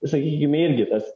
sakykime irgi tas